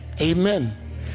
Amen